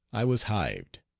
i was hived.